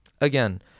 Again